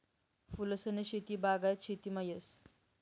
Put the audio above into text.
फूलसनी शेती बागायत शेतीमा येस